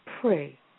pray